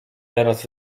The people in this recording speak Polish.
teraz